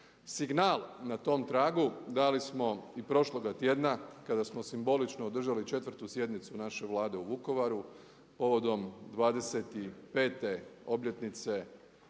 Signal na tom tragu dali smo i prošloga tjedna kada smo simbolično održali 4. sjednicu naše Vlade u Vukovaru povodom 25.-te obljetnice